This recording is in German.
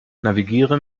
navigiere